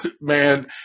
man